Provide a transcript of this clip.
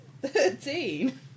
thirteen